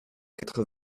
quatre